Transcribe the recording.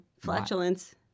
flatulence